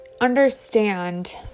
understand